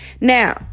Now